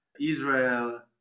Israel